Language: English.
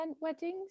weddings